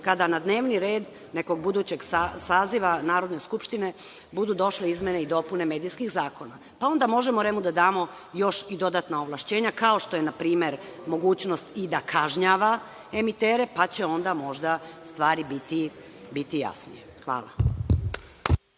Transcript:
kada na dnevni red nekog budućeg saziva Narodne skupštine budu došle izmene i dopune medijskih zakona, pa onda možemo REM-u da damo još i dodatna ovlašćenja, kao što je, na primer, mogućnost i da kažnjava emitere, pa će onda, možda, stvari biti jasnije. Hvala.